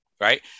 right